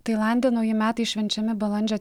tailande nauji metai švenčiami balandžio